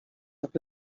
doch